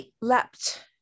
leapt